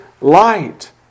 light